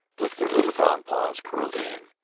with their little brown paws curled in,